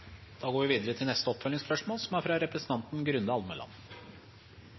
Da går vi videre til neste